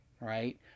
Right